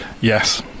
Yes